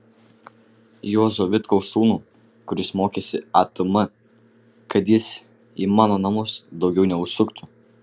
juozo vitkaus sūnų kuris mokėsi atm kad jis į mano namus daugiau neužsuktų